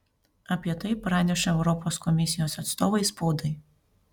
apie tai praneša europos komisijos atstovai spaudai